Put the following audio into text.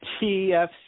TFC